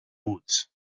woods